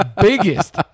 biggest